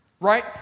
Right